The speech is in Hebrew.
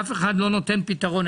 אף אחד לא נותן פתרון.